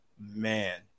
man